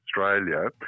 Australia